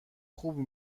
خوبی